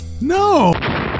No